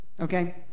okay